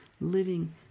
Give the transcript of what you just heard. living